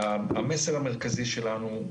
המסר המרכזי שלנו,